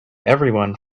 everyone